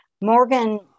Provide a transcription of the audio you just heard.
Morgan